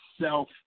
self